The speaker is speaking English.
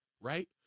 right